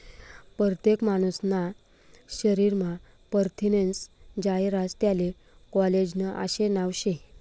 परतेक मानूसना शरीरमा परथिनेस्नं जायं रास त्याले कोलेजन आशे नाव शे